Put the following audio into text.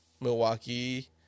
Milwaukee